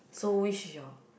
so which is your